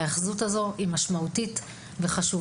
האחיזה הזו היא משמעותית וחשובה.